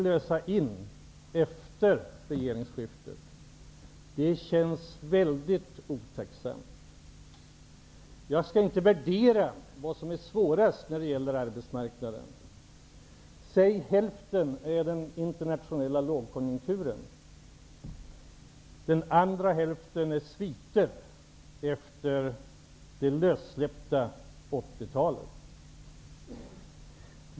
Det känns väldigt otacksamt. Jag skall inte värdera vad som är svårast när det gäller arbetsmarknaden. Säg att hälften beror på den internationella lågkonjunkturen och att hälften är sviter efter det lössläppta 80-talet.